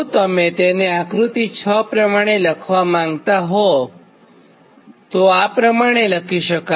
તો તમે તેને આકૃતિ 6 પ્રમાણે લખવા માંગતા હોયતો આ પ્રમાણે લખી શકાય